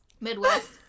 Midwest